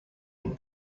and